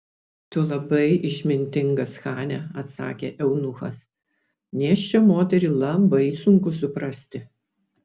tu labai išmintingas chane atsakė eunuchas nėščią moterį labai sunku suprasti